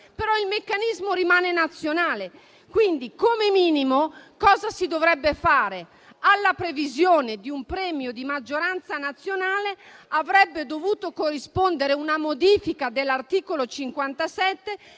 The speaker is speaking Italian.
però il meccanismo rimane nazionale. Quindi, come minimo, alla previsione di un premio di maggioranza nazionale avrebbe dovuto corrispondere una modifica dell'articolo 57